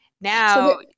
Now